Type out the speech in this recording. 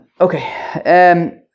Okay